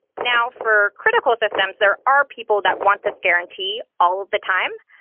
now, for critical systems, there are people that want this guarantee all the time.